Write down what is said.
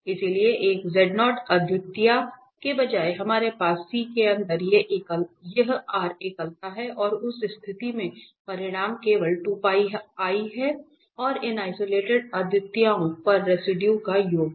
इसलिए एक अद्वितीयता के बजाय हमारे पास C के अंदर ये r एकलता हैं और उस स्थिति में परिणाम केवल हैं और इन आइसोलेटेड अद्वितीयताओं पर रेसिडुए का योग है